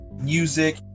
music